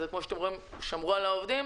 אז כפי שאתם רואים שמרו על העובדים,